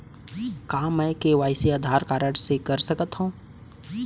का मैं KYC Aadhaar card से कर सकत हो?